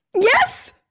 Yes